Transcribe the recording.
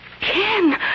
Ken